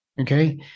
okay